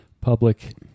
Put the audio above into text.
public